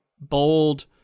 bold